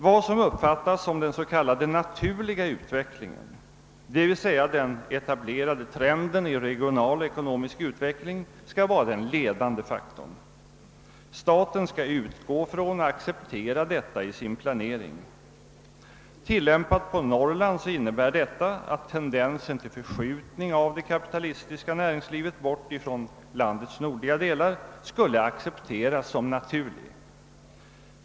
Vad som uppfattas som den s.k. naturliga utvecklingen, d.v.s. den etablerade trenden i regional och ekonomisk utveckling, skall vara den ledande faktorn. Staten skall utgå från och acceptera detta i sin planering. Tillämpat på Norrland innebär detta att tendensen fill förskjutning av det kapitalistiska näringslivet bort från landets nordliga delar skulle accepteras som naturlig.